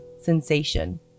sensation